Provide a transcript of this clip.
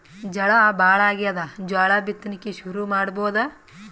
ಝಳಾ ಭಾಳಾಗ್ಯಾದ, ಜೋಳ ಬಿತ್ತಣಿಕಿ ಶುರು ಮಾಡಬೋದ?